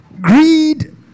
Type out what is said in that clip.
Greed